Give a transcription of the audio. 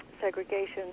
segregation